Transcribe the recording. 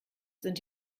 sind